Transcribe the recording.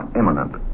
imminent